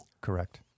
Correct